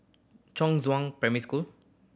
Primary School